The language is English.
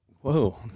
Whoa